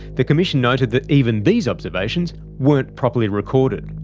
the commission noted that even these observations weren't properly recorded.